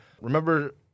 Remember